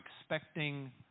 expecting